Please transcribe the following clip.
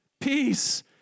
peace